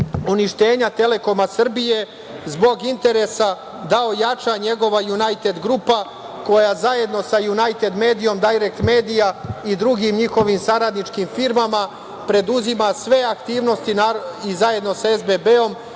uništenja „Telekoma Srbije“ zbog interesa da ojača njegova Junajted grupa, koja zajedno sa Junajted medijom, Dajrekt medijom i drugim njihovim saradničkim firmama preduzima sve aktivnosti i zajedno sa SBB-om,